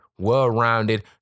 well-rounded